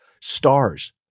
stars